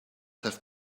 have